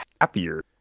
happier